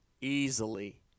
easily